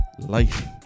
life